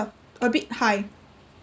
a bit high